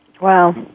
Wow